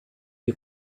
you